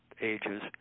ages